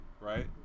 Right